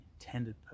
intended